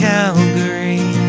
Calgary